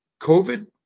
COVID